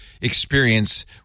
experience